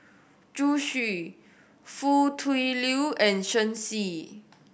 Zhu Xu Foo Tui Liew and Shen Xi